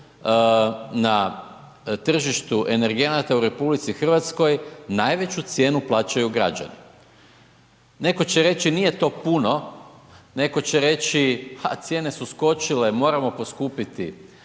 na tržištu energenata u RH najveću cijenu plaćaju građani. Netko će reći, nije to puni, netko će reći, ha cijene su skočile, moramo poskupiti,